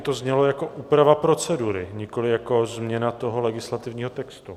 To znělo jako úprava procedury, nikoli jako změna legislativního textu.